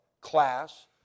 class